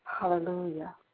Hallelujah